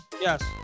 Yes